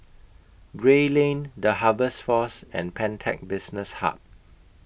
Gray Lane The Harvest Force and Pantech Business Hub